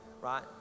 right